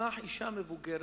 קח אשה מבוגרת,